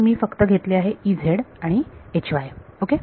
तर मी फक्त घेतले आहे आणि ओके